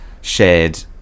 shared